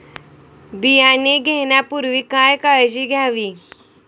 बियाणे घेण्यापूर्वी काय काळजी घ्यावी?